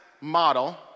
model